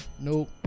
Nope